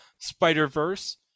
Spider-Verse